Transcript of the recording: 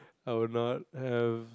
I would not have